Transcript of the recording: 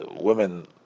women